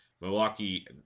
Milwaukee